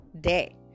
day